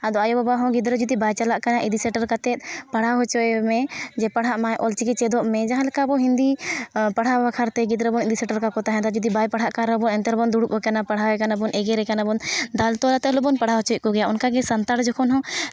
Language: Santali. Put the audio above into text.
ᱟᱫᱚ ᱟᱭᱳᱼᱵᱟᱵᱟ ᱦᱚᱸ ᱜᱤᱫᱽᱨᱟᱹ ᱡᱩᱫᱤ ᱵᱟᱭ ᱪᱟᱞᱟᱜ ᱠᱷᱟᱡ ᱤᱫᱤ ᱥᱮᱴᱮᱨ ᱠᱟᱛᱮ ᱯᱟᱲᱦᱟᱣ ᱦᱚᱪᱚᱭᱮᱢᱮ ᱡᱮ ᱯᱟᱲᱦᱟᱜ ᱢᱟᱭ ᱚᱞ ᱪᱤᱠᱤ ᱪᱮᱫᱚᱜ ᱢᱮ ᱡᱟᱦᱟᱸ ᱞᱮᱠᱟ ᱵᱚ ᱦᱤᱱᱫᱤ ᱯᱟᱲᱦᱟᱣ ᱵᱟᱠᱷᱨᱟ ᱛᱮ ᱜᱤᱫᱽᱨᱟᱹ ᱵᱚᱱ ᱤᱫᱤ ᱥᱮᱴᱮᱨ ᱠᱟᱱ ᱛᱟᱦᱮᱸᱫᱚᱜ ᱡᱩᱫᱤ ᱵᱟᱭ ᱯᱟᱲᱦᱟᱜ ᱨᱮᱦᱚᱸ ᱮᱱᱛᱮ ᱨᱮᱦᱚᱸ ᱵᱚᱱ ᱫᱩᱲᱩᱵᱮ ᱠᱟᱱᱟ ᱯᱟᱲᱦᱟᱣ ᱮ ᱠᱟᱱᱟᱵᱚᱱ ᱮᱜᱮᱨᱮ ᱠᱟᱱᱟᱵᱚᱱ ᱫᱟᱞ ᱛᱚᱞ ᱠᱟᱛᱮ ᱵᱚᱱ ᱟᱲᱦᱟᱣ ᱦᱚᱪᱚᱭᱮᱫ ᱠᱚᱜᱮᱭᱟ ᱚᱱᱠᱟᱜᱮ ᱥᱟᱱᱛᱟᱲ ᱡᱚᱠᱷᱚᱱ ᱦᱚᱸ